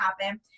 happen